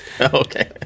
Okay